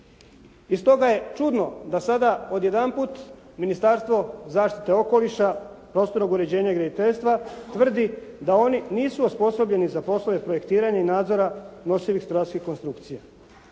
I stoga je čudno da sada od jedan put Ministarstvo zaštite okoliša, prostornog uređenja i graditeljstva tvrdi da oni nisu osposobljeni za poslove projektiranja i nadzora nosivih strojarskih konstrukcija.